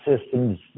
systems